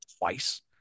twice